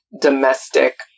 domestic